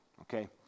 okay